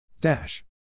Dash